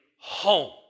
home